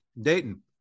Dayton